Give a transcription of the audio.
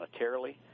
monetarily